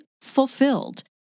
fulfilled